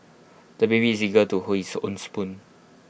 the baby is eager to hold his own spoon